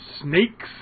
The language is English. snakes